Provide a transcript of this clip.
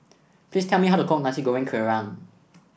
please tell me how to cook Nasi Goreng Kerang